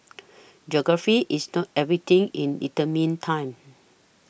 geography is not everything in determining time